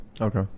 Okay